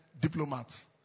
diplomats